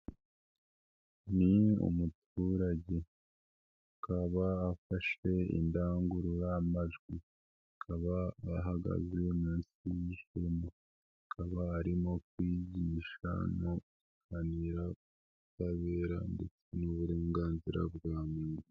Ni umuturage akaba afashe indangururamajwi. Akaba ahagaze munsi y'ihema. Akaba arimo kwigisha mu kuganira cy'ubutabera ndetse n'uburenganzira bwa muntu.